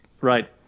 Right